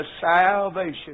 salvation